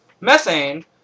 methane